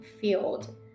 field